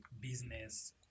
business